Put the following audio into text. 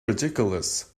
ridiculous